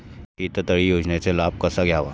शेततळे योजनेचा लाभ कसा घ्यावा?